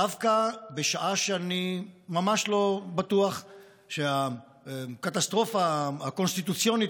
דווקא בשעה שאני ממש לא בטוח שהקטסטרופה הקונסטיטוציונית